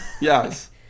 Yes